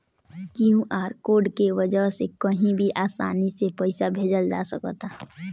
QR code के वजह से कही भी आसानी से पईसा भेजल जा सकत हवे